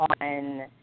on